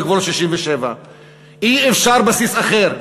בגבולות 67'. אי-אפשר בסיס אחר,